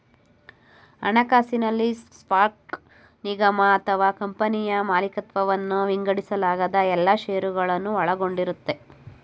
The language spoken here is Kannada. ಹಣಕಾಸಿನಲ್ಲಿ ಸ್ಟಾಕ್ ನಿಗಮ ಅಥವಾ ಕಂಪನಿಯ ಮಾಲಿಕತ್ವವನ್ನ ವಿಂಗಡಿಸಲಾದ ಎಲ್ಲಾ ಶೇರುಗಳನ್ನ ಒಳಗೊಂಡಿರುತ್ತೆ